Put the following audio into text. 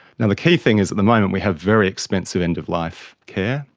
and the key thing is at the moment we have very expensive end-of-life care,